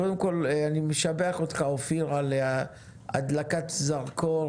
קודם כל אני משבח אותך על הדלקת זרקור